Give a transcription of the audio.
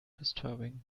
disturbing